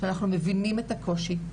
שאנחנו מבינים את הקושי,